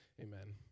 Amen